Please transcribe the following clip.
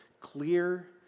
clear